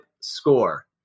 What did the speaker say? score